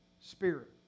spirit